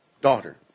daughter